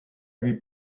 lui